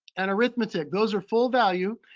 and arithmetic, those are full value.